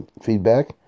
feedback